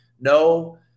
no